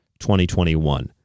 2021